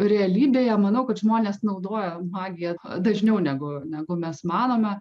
realybėje manau kad žmonės naudoja magiją dažniau negu negu mes manome